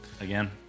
again